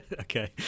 okay